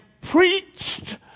preached